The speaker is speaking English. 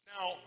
Now